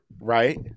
Right